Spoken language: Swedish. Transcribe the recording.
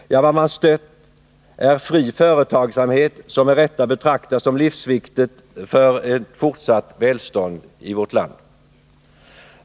Ja, vad man stött är fri företagsamhet, som med rätta kan betraktas som livsviktig för ett fortsatt välstånd i vårt land.